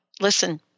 listen